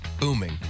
booming